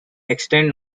extend